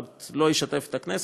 עוד לא אשתף את הכנסת.